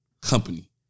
company